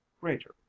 greater